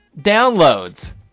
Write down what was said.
downloads